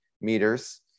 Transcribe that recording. meters